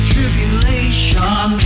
Tribulation